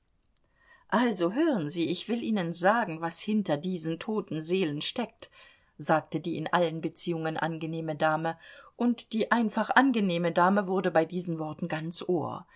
also hören sie ich will ihnen sagen was hinter diesen toten seelen steckt sagte die in allen beziehungen angenehme dame und die einfach angenehme dame wurde bei diesen worten ganz ohr